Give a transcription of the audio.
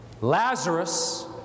Lazarus